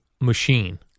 machine